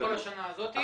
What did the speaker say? בכל השנה הזאת?